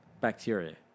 Bacteria